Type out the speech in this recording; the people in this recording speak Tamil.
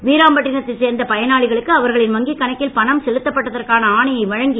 வீராம்பட்டினத்தை சேர்ந்த பயனாளிகளுக்கு அவர்களின் கணக்கில் பணம் செலுத்தப்பட்டதற்கான ஆணையை வழங்கி